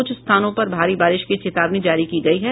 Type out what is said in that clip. कुछ स्थानों पर भारी बारिश की चेतावनी जारी की गयी है